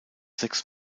sechs